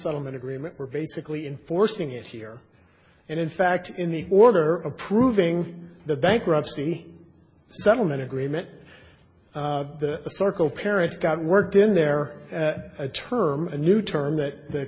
settlement agreement we're basically enforcing it here and in fact in the order approving the bankruptcy settlement agreement the circle parents got worked in their term a new term that the